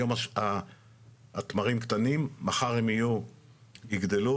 היום התמרים קטנים, מחר הם יגדלו.